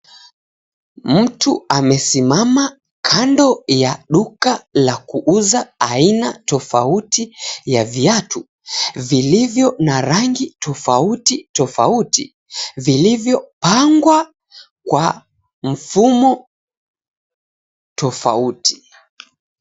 Mtu amesimama kando ya duka la kuuza aina tofauti ya viatu, vilivyo na rangi tofauti tofauti, vilivyopangwa kwa mfumo tofauti.